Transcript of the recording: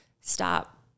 Stop